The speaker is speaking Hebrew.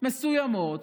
מסוימות